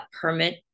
permit